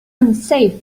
unsafe